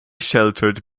sheltered